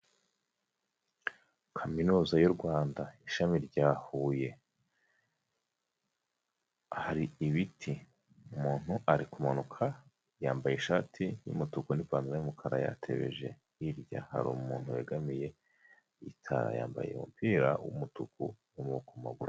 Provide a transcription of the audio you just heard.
Kaminuza y'u Rwanda ishami rya Huye hari ibiti umuntu ari kumanuka yambaye ishati y'umutuku n'ipantaro y'umukara yatebeje, hirya hari umuntu wegamiye itara yambaye umupira w'umutuku ku maguru.